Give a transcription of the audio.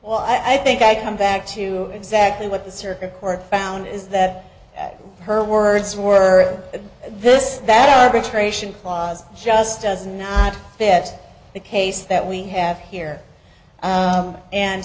well i think i come back to exactly what the circuit court found is that her words were this that arbitration clause just does not fit the case that we have here